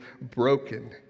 broken